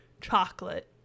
chocolate